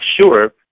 sure